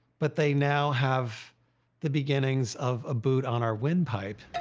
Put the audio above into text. but they now have the beginnings of a boot on our windpipe.